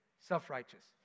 self-righteous